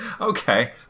Okay